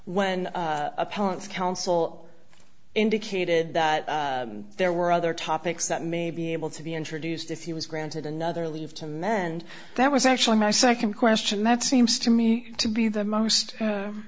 opponents counsel indicated that there were other topics that may be able to be introduced if he was granted another leave to mend that was actually my second question that seems to me to be the most